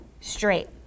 straight